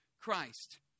Christ